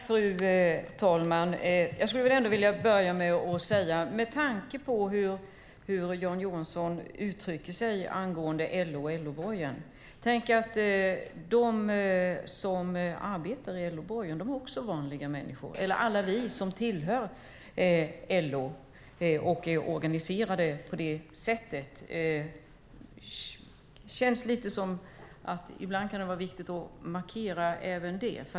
Fru talman! Med tanke på hur Johan Johansson uttryckte sig angående LO och LO-borgen skulle jag vilja börja med att säga att de som arbetar i LO-borgen också är vanliga människor. Det gäller även alla oss som tillhör LO och är organiserade på det sättet. Det känns lite som att det ibland kan vara viktigt att markera även detta.